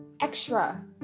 extra